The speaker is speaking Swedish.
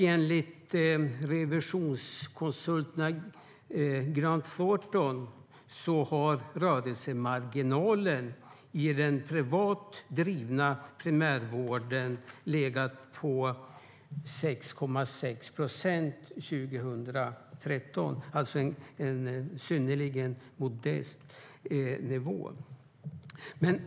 Enligt revisionskonsulterna Grant Thornton låg rörelsemarginalen i den privat drivna primärvården på 6,6 procent 2013, alltså på en synnerligen modest nivå.